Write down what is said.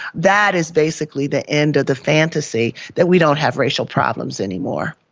that is basically the end of the fantasy that we don't have racial problems anymore.